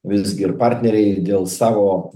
visgi ir partneriai dėl savo